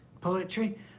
poetry